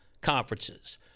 conferences